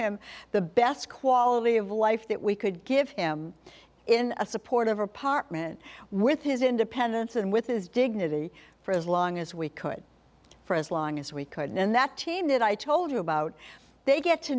him the best quality of life that we could give him in a supportive apartment with his independence and with his dignity for as long as we could for as long as we could and that team that i told you about they get to